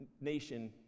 Nation